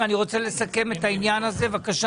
אני ראש המועצה המקומית רמת ישי ויושב